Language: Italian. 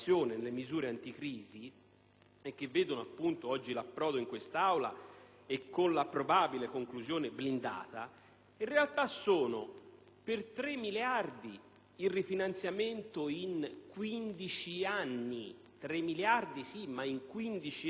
che oggi approda in quest'Aula con una probabile conclusione blindata, in realtà sono per 3 miliardi il rifinanziamento in ben 15 anni della legge obiettivo